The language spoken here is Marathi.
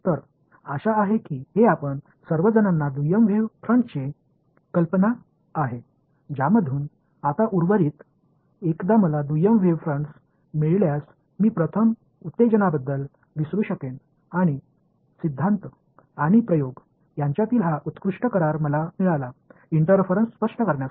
तर आशा आहे की हे आपण सर्वजणांना दुय्यम वेव्ह फ्रन्टची कल्पना आहे ज्यामधून आता उर्वरित एकदा मला दुय्यम वेव्ह फ्रन्ट मिळाल्यास मी प्राथमिक उत्तेजनाबद्दल विसरू शकेन आणि सिद्धांत आणि प्रयोग यांच्यातील हा उत्कृष्ट करार मला मिळाला इंटरफरन्स स्पष्ट करण्यासाठी